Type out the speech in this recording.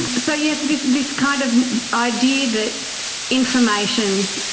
so yes, this this kind of idea that information,